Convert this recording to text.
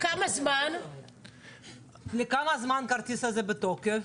לכמה זמן הכרטיס הזה בתוקף?